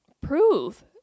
prove